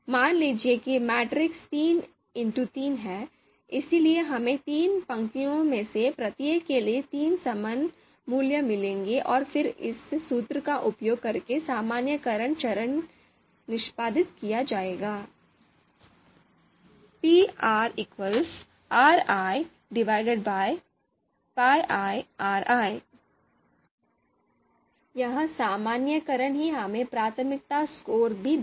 मान लीजिए कि मैट्रिक्स 3x3 है इसलिए हमें तीन पंक्तियों में से प्रत्येक के लिए तीन समन मूल्य मिलेंगे और फिर इस सूत्र का उपयोग करके सामान्यीकरण चरण किया जाएगा यह सामान्यीकरण ही हमें प्राथमिकता स्कोर भी देगा